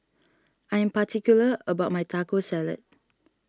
I am particular about my Taco Salad